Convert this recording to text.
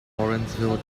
lawrenceville